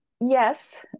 yes